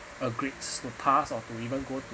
a grades to pass or to even go to